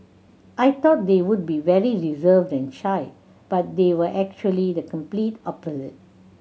I thought they would be very reserved and shy but they were actually the complete opposite